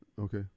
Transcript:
okay